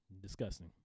disgusting